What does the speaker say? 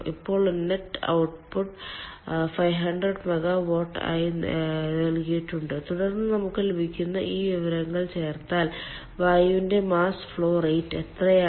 ഇപ്പോൾ net output 500 megawatt ആയി നൽകിയിട്ടുണ്ട് തുടർന്ന് നമുക്ക് ലഭിക്കുന്ന ഈ വിവരങ്ങൾ ചേർത്താൽ വായുവിന്റെ മാസ് ഫ്ലോ റേറ്റ് എത്രയാണ്